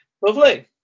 Lovely